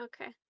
Okay